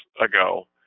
ago